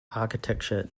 architecture